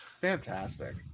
Fantastic